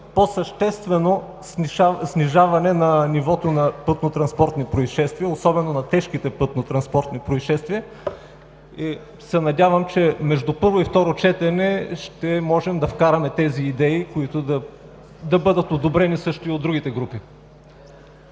по-съществено снижаване на нивото на пътнотранспортни произшествия, особено на тежките такива. Надявам се, че между първо и второ четене ще можем да вкараме тези идеи, които да бъдат одобрени и от другите групи.